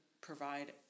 provide